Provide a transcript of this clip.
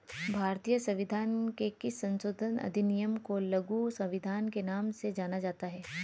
भारतीय संविधान के किस संशोधन अधिनियम को लघु संविधान के नाम से जाना जाता है?